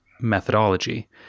methodology